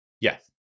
Yes